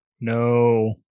no